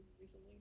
recently